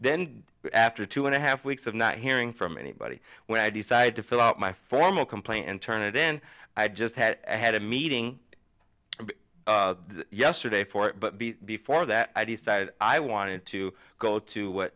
then after two and a half weeks of not hearing from anybody when i decided to fill out my formal complaint and turn it in i just had had a meeting yesterday for it but before that i decided i wanted to go to what